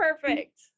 perfect